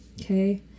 okay